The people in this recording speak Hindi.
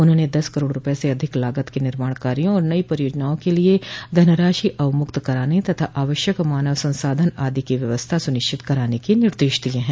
उन्होंने दस करोड़ रूपये से अधिक लागत के निर्माण कार्यो और नई परियोजनाओं के लिए धनराशि अवमुक्त कराने तथा आवश्यक मानव संसाधन आदि की व्यवस्था स्निश्चित कराने के निर्देश दिये हैं